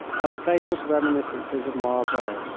are the famous reminiscences of marbot,